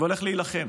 והולך להילחם.